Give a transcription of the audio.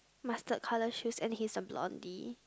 mustard colour shoes and he's a blondie